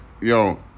Yo